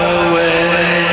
away